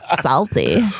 salty